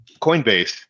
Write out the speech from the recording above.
Coinbase